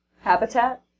Habitat